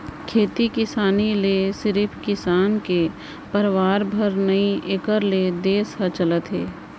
खेती किसानी ले सिरिफ किसान के परवार भर नही एकर ले देस ह चलत हे